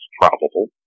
probable